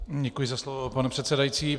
Děkuji za slovo, pane předsedající.